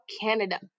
Canada